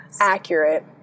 Accurate